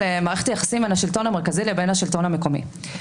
מערכת היחסים בין השלטון המרכזי לבין השלטון המקומי.